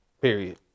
Period